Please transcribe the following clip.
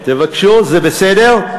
תבקשו, זה בסדר.